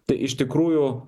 tai iš tikrųjų